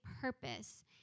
purpose